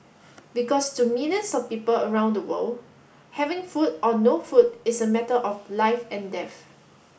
because to millions of people around the world having food or no food is a matter of life and death